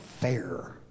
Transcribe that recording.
fair